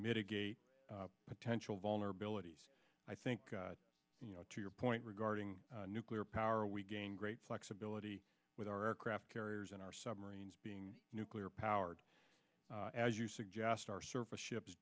mitigate potential vulnerabilities i think you know to your point regarding nuclear power we gain great flexibility with our aircraft carriers and our submarines being nuclear powered as you suggest our service ships